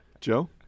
Joe